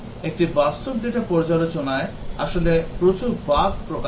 একটি বাস্তব data পর্যালোচনায় আসলে প্রচুর বাগ প্রকাশ করে